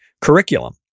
curriculum